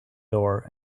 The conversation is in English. door